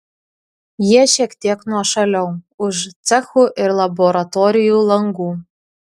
jie šiek tiek nuošaliau už cechų ir laboratorijų langų